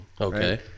Okay